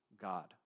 God